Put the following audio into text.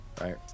right